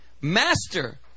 Master